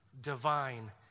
divine